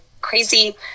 crazy